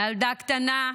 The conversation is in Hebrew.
הילדה הקטנה,